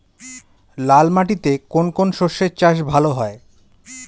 লাল মাটিতে কোন কোন শস্যের চাষ ভালো হয়?